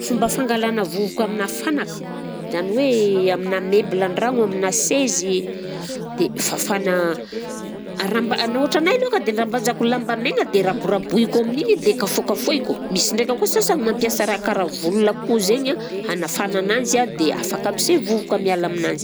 Fomba fangalana vovoka aminà fanaka jany hoe aminà meuble an-dragno, aminà sezy, dia fafana aramba na ohatranay alohaka dia rambazako lamba maigna dia raborabohiko amin'igny i dia kafôkafôhiko, misy ndraika koa sasany mampiasa raha karaha volol'akoho zainy a, anafana ananzy an, dia afaka aby se vovoka miala aminanjy.